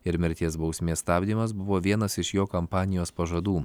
ir mirties bausmės stabdymas buvo vienas iš jo kampanijos pažadų